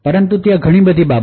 પરંતુ ત્યાં ઘણી બધી બાબતો